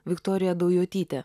viktorija daujotyte